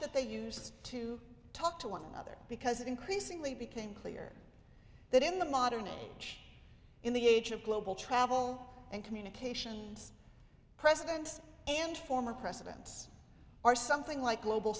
that they use to talk to one another because it increasingly became clear that in the modern age in the age of global travel and communications presidents and former presidents are something like global